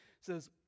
says